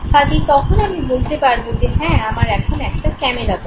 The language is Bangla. কাজেই তখন আমি বলতে পারবো যে হ্যাঁ আমার এখন একটা ক্যামেরা দরকার